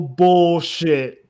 bullshit